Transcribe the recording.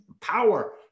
power